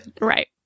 Right